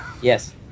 Yes